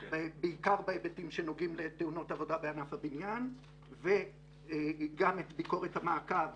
בעיקר בהיבטים שנוגעים לתאונות עבודה בענף הבניין וגם את ביקורת המעקב